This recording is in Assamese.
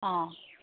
অঁ